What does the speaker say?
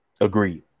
Agreed